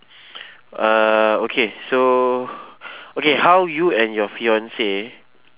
uh okay so okay how you and your fiance